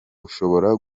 ushobora